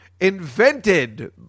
invented